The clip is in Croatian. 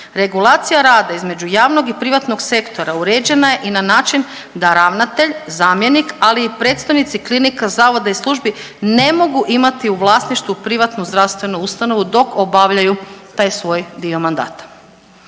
regulacija rada između javnog i privatnog sektora uređena je i na način da ravnatelj, zamjenik, ali i predstojnici klinika, zavoda i službi ne mogu imati u vlasništvu privatnu zdravstvenu ustanovu dok obavljaju taj svoj dio mandata.